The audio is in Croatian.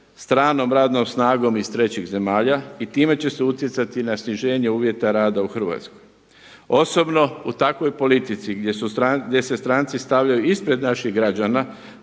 stranom radnom snagom iz trećih zemalja i time će se utjecati na sniženje uvjeta rada u Hrvatskoj. Osobno u takvoj politici gdje se stranci stavljaju ispred naših građana